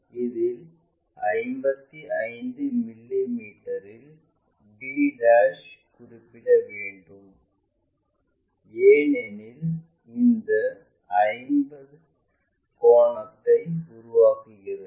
இதில் 55 மில்லி மீட்டரில் b குறிப்பிட வேண்டும் ஏனெனில் இது 50 கோணத்தை உருவாக்குகிறது